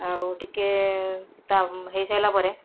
ଆଉ ଟିକେ ତା ହେଇସାଇଲା ପରେ